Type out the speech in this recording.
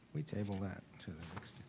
we table that.